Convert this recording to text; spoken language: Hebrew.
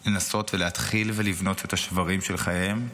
מחפשים לנסות ולהתחיל ולבנות את השברים של חייהם,